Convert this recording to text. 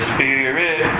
Spirit